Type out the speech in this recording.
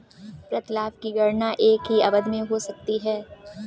प्रतिलाभ की गणना एक ही अवधि में हो सकती है